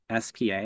SPA